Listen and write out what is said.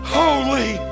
holy